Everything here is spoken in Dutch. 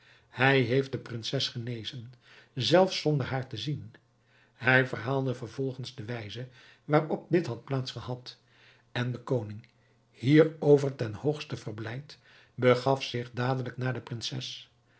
hij heeft de prinses genezen zelfs zonder haar te zien hij verhaalde vervolgens de wijze waarop dit had plaats gehad en de koning hierover ten hoogste verblijd begaf zich dadelijk naar de prinses